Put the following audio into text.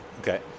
Okay